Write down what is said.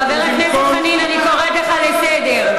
חבר הכנסת חנין, אני קוראת אותך לסדר.